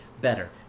better